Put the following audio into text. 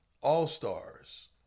all-stars